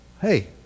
Hey